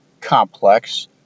complex